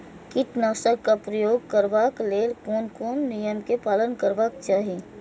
कीटनाशक क प्रयोग करबाक लेल कोन कोन नियम के पालन करबाक चाही?